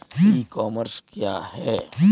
ई commerce क्या है?